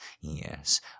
yes